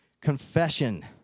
confession